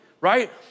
right